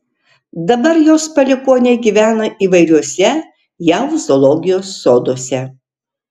dabar jos palikuoniai gyvena įvairiuose jav zoologijos soduose